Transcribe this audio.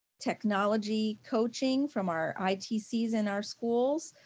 technology coaching from our itcs in our schools.